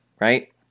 right